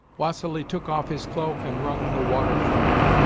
vassili took off his cloak and wrung the water from it.